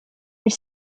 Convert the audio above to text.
elle